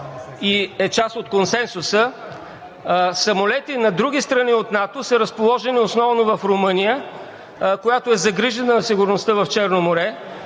и е част от консенсуса, самолети на други страни от НАТО са разположени основно в Румъния, която е загрижена за сигурността в Черно море.